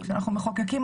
כשאנחנו מחוקקים,